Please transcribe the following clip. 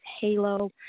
Halo